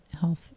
health